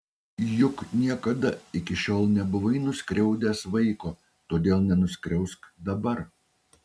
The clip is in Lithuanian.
juk niekada iki šiol nebuvai nuskriaudęs vaiko todėl nenuskriausk dabar